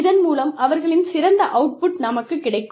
இதன் மூலம் அவர்களின் சிறந்த அவுட்புட் நமக்குக் கிடைக்கும்